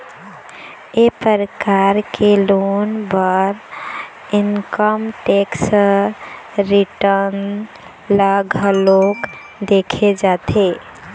ए परकार के लोन बर इनकम टेक्स रिटर्न ल घलोक देखे जाथे